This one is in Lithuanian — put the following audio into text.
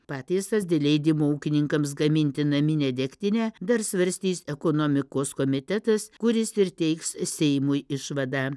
pataisas dėl leidimų ūkininkams gaminti naminę degtinę dar svarstys ekonomikos komitetas kuris ir teiks seimui išvadą